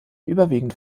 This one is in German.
überwiegend